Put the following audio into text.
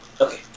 okay